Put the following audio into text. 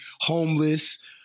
homeless